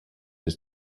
des